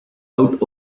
out